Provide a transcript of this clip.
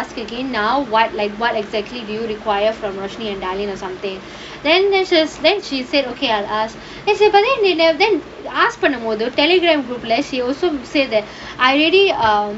again now what like what exactly do you require from roshni and dalene or something then then she said okay but then ask பண்ணும் போது:pannum pothu Telegram group lah she also said that I already uh